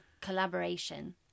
collaboration